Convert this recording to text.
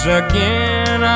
again